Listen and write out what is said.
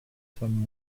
some